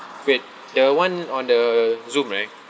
wait the one on the zoom right